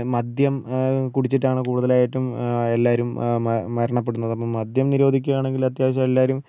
മദ്യം കുടിച്ചിട്ടാണ് കൂടുതലായിട്ടും എല്ലാവരും മര മരണപ്പെടുന്നത് അപ്പം മദ്യം നിരോധിക്കുവാണെങ്കിൽ അത്യാവശ്യം എല്ലാവരും